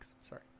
Sorry